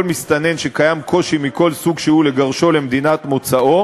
מסתנן שקיים קושי מכל סוג שהוא לגרשו למדינת מוצאו,